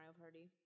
Party